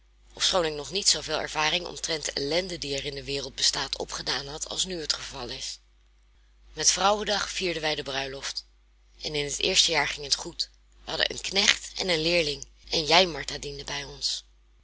ofschoon ik nog niet zooveel ervaring omtrent de ellende die er in de wereld bestaat opgedaan had als nu het geval is met vrouwendag vierden wij de bruiloft en in het eerste jaar ging het goed we hadden een knecht en een leerling en jij martha diendet bij ons